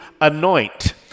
anoint